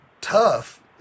tough